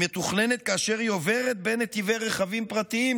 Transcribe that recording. היא מתוכננת כאשר היא עוברת בין נתיבי רכבים פרטיים,